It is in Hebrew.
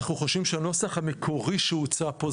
אנחנו חושבים שהנוסח המקורי שהוצע פה,